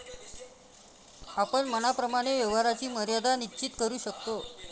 आपण मनाप्रमाणे व्यवहाराची मर्यादा निश्चित करू शकतो